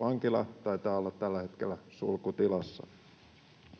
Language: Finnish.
vankila taitaa olla tällä hetkellä sulkutilassa.